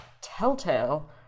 Telltale